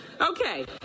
Okay